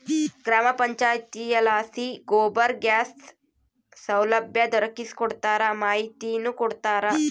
ಗ್ರಾಮ ಪಂಚಾಯಿತಿಲಾಸಿ ಗೋಬರ್ ಗ್ಯಾಸ್ ಸೌಲಭ್ಯ ದೊರಕಿಸಿಕೊಡ್ತಾರ ಮಾಹಿತಿನೂ ಕೊಡ್ತಾರ